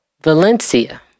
Valencia